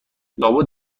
لابد